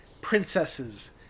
princesses